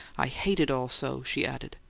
i hate it all so! she added.